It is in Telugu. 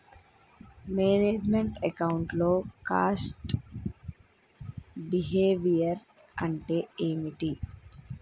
మేనేజ్ మెంట్ అకౌంట్ లో కాస్ట్ బిహేవియర్ అంటే ఏమిటి?